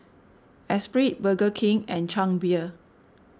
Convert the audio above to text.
Espirit Burger King and Chang Beer